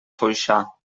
foixà